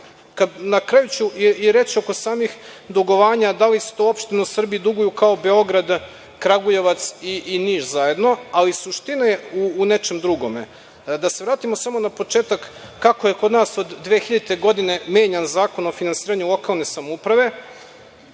kraju ću i reći oko samih dugovanja, da li 100 opština u Srbiji duguju kao Beograd, Kragujevac i Niš zajedno, ali suština je u nečemu drugom. Da se vratimo na početak kako je kod nas od 2000. godine menjan Zakon o finansiranju lokalne samouprave,